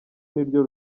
niryo